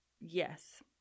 Yes